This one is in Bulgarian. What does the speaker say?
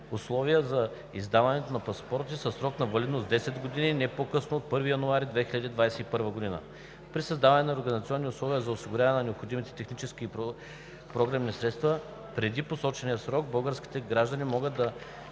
условия за издаването на паспорти със срок на валидност 10 години не по-късно от 1 януари 2021 г. При създаване на организационни условия и осигуряване на необходимите технически и програмни средства преди посочения срок българските граждани могат да